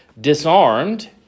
disarmed